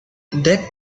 deck